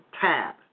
tab